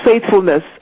faithfulness